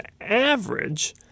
average